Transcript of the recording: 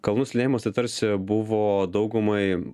kalnų slidinėjimas tai tarsi buvo daugumai